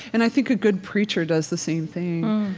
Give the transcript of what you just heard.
and i think a good preacher does the same thing